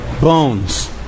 Bones